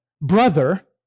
brother